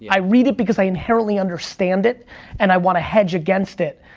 i read it because i inherently understand it and i wanna hedge against it,